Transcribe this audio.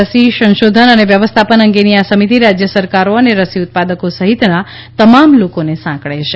રસી સંશોધન અને વ્યવસ્થાપન અંગેની આ સમિતિ રાજ્ય સરકારો અને રસી ઉત્પાદકો સહિતના તમામ લોકોને સાંકળે છે